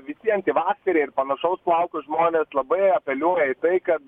visi antivakseriai ir panašaus plauko žmonės labai apeliuoja į tai kad